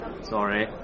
Sorry